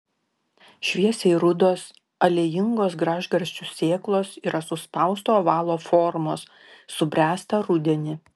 šviesiai rudos aliejingos gražgarsčių sėklos yra suspausto ovalo formos subręsta rudenį